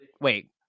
Wait